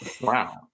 Wow